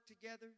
together